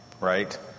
Right